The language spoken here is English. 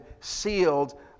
sealed